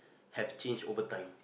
have changed over time